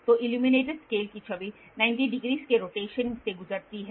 तो illuminated scale की छवि 90 डिग्री के रोटेशन से गुजरती है